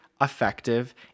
effective